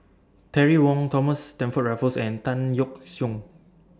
Terry Wong Thomas Stamford Raffles and Tan Yeok Seong